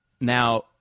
Now